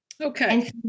Okay